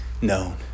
known